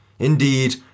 Indeed